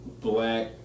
black